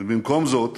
ובמקום זאת